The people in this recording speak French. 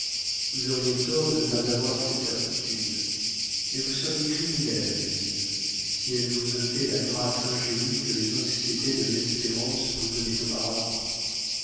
vous auriez tort de ne pas avoir cette certitude mais vous seriez criminel à mes yeux si elle vous ôtait la grâce ingénue que les anxiétés de l'espérance vous donnaient auparavant